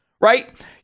right